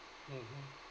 mmhmm